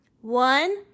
One